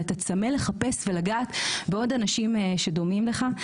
שאתה צמא לחפש ולגעת בעוד אנשים שדומים לך,